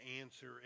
answer